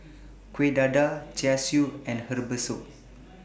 Kuih Dadar Char Siu and Herbal Soup